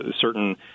certain